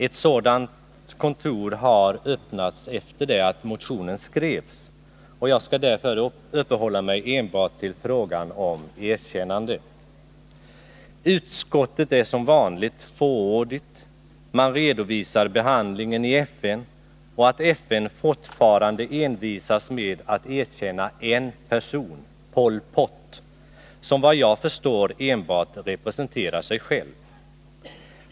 Ett sådant kontor har öppnats efter det att motionen skrevs, och jag skall därför uppehålla mig enbart vid frågan om erkännande. Utskottet är som vanligt fåordigt. Man redovisar behandlingen i FN och att 129 FN fortfarande envisas med att erkänna en person, Pol Pot, som efter vad jag förstår enbart representerar sig själv.